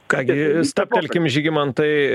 ką gi stabtelkim žygimantai